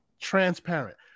transparent